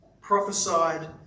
prophesied